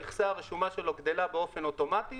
המכסה הרשומה שלו גדלה באופן אוטומטי